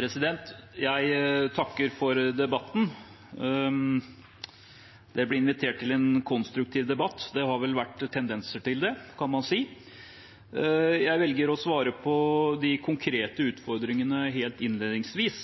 Jeg takker for debatten, det å bli invitert til en konstruktiv debatt – det har vel vært tendenser til det, kan man si. Jeg velger å svare på de konkrete utfordringene helt innledningsvis.